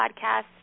podcast